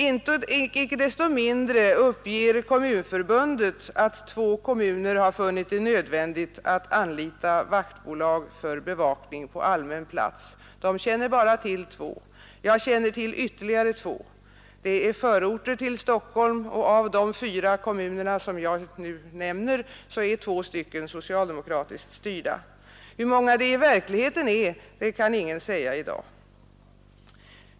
Icke desto mindre uppger Kommunförbundet att två kommuner funnit det nödvändigt att anlita vaktbolag för bevakning på allmän plats. Jag känner till ytterligare två. Det är förorter till Stockholm. Av dessa sammanlagt fyra kommuner är två socialdemokratiskt styrda. Hur många det i verkligheten är kan ingen säga i dag.